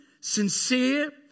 sincere